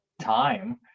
time